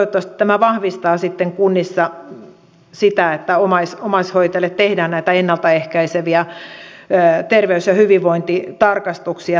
toivottavasti tämä vahvistaa sitten kunnissa sitä että omaishoitajille tehdään näitä ennalta ehkäiseviä terveys ja hyvinvointitarkastuksia